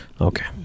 Okay